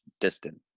distant